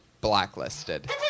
blacklisted